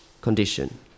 condition